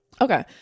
okay